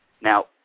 Now